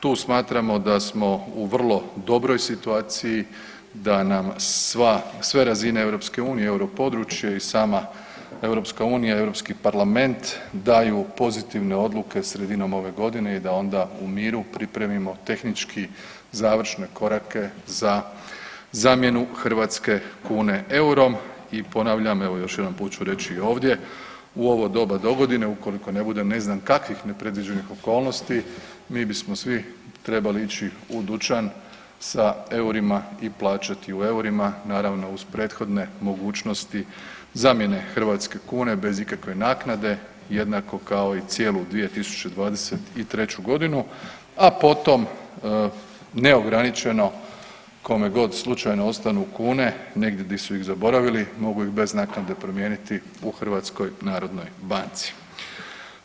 Tu smatramo da smo u vrlo dobroj situaciji, da nam sve razine EU, europodručje i sama EU i Europski parlament daju pozitivne odluke sredinom ove godine i da onda u miru pripremimo tehnički završne korake za zamjenu hrvatske kune eurom i ponavljam, evo još jedan put ću reći i ovdje, u ovo doba dogodine ukoliko ne bude ne znam kakvih nepredviđenih okolnosti mi bismo svi trebali ići u dućan sa eurima i plaćati u eurima naravno uz prethodne mogućnosti zamjene hrvatske kune bez ikakve naknade, jednako kao i cijelu 2023.g., a potom neograničeno kome god slučajno ostanu kune negdje gdje su ih zaboravili mogu ih bez naknade promijeniti u HNB-u.